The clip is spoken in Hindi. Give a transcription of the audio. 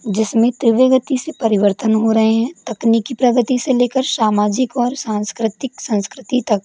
जिसमें तीव्र गति से परिवर्तन हो रहे हैं तकनीकी प्रगति से लेकर सामाजिक और सांस्कृतिक संस्कृति तक